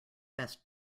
best